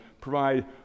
provide